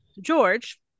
George